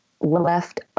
left